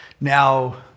Now